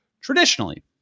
traditionally